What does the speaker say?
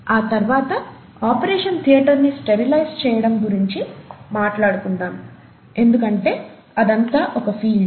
ఆ తర్వాత operation theatre ని స్టెరిలైజ్ చేయడం గురించి మాట్లాడుకుందాం ఎందుకంటే అదంతా ఒక ఫీల్డ్